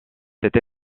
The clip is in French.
cette